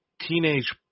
teenage